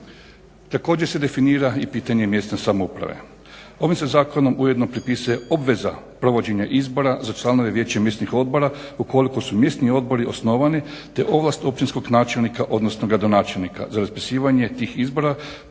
Također se definira i pitanje mjesne samouprave. Ovim se zakonom ujedno propisuje obveza provođenja izbora za članove vijeća mjesnih odbora ukoliko su mjesni odbori osnovani te ovlast općinskog načelnika, odnosno gradonačelnika za raspisivanje tih izbora